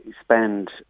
spend